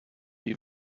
die